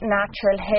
natural